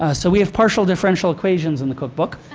ah so, we have partial differential equations in the cookbook.